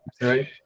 right